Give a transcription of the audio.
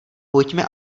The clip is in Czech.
pojďme